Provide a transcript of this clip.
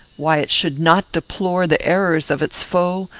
why it should not deplore the errors of its foe,